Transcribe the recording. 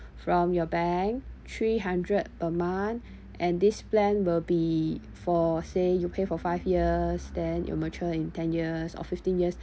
from your bank three hundred per month and this plan will be for say you pay for five years then it will mature in ten years or fifteen years